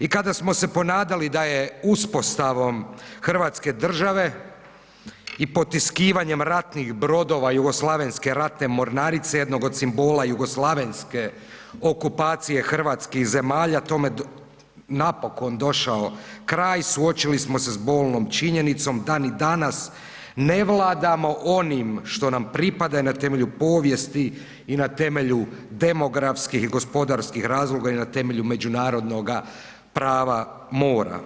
I kada smo se ponadali da je uspostavom hrvatske države i potiskivanjem ratnih brodova Jugoslavenske ratne mornarice jednog od simbola jugoslavenske okupacije hrvatskih zemalja tome napokon došao kraj suočili smo se s bolnom činjenicom da ni danas ne vladamo onim što nam pripada i na temelju povijesti i na temelju demografskih i gospodarskih razloga i na temelju međunarodnoga prava mora.